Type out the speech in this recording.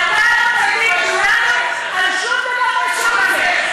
אתה לא תטיף לנו על שום דבר מהסוג הזה.